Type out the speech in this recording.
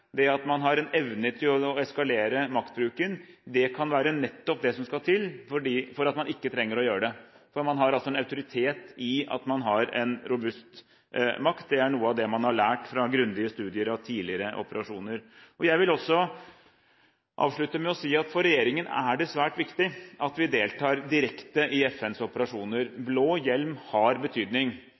det at man har en evne til å eskalere maktbruken, det kan være nettopp det som skal til for at man ikke trenger å gjøre det. For man har altså en autoritet i at man har en robust makt, og det er noe av det man har lært fra grundige studier av tidligere operasjoner. Jeg vil avslutte med å si at det for regjeringen er svært viktig at vi deltar direkte i FNs operasjoner. Blå hjelm har betydning.